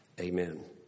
Amen